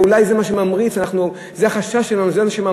ואולי זה מה שממריץ.